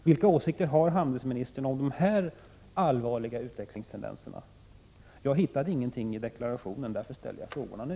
Vilka åsikter har utrikeshandelsministern om de här allvarliga utvecklingstendenserna? Jag hittar ingenting i deklarationen. Därför ställer jag frågorna nu.